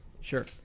Sure